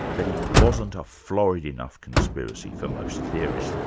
that it wasn't a florid enough conspiracy for most theorists.